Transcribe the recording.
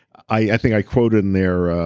i think i quoted in there ah